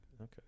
Okay